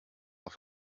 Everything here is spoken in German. auf